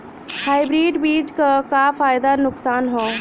Hybrid बीज क का फायदा नुकसान ह?